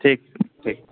ठीक ठीक